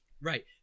Right